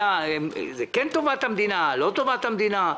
שהם כן לטובת המדינה או לא לטובת המדינה,